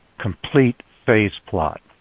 complete phase plot.